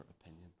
opinion